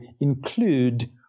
include